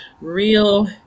real